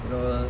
(uh huh)